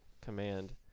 Command